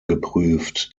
geprüft